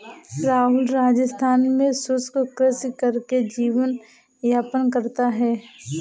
राहुल राजस्थान में शुष्क कृषि करके जीवन यापन करता है